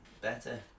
better